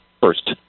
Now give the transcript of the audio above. first